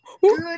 Good